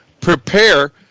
prepare